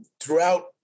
throughout